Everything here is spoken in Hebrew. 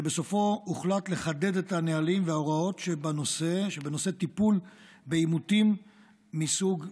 ובסופו הוחלט לחדד את הנהלים וההוראות שבנושא טיפול בעימותים מסוג זה.